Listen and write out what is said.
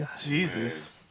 Jesus